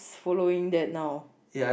following that now